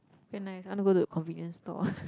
very nice I want to go the convenience store ah